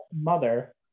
mother